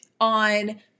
on